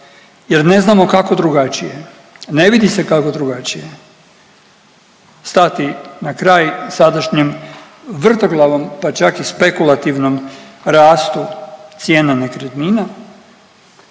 jer ne znamo kako drugačije, ne vidi se kako drugačije stati na kraj sadašnjem vrtoglavom, pa čak i spekulativnom rastu cijena nekretnina,